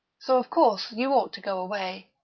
so, of course, you ought to go away.